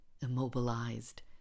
immobilized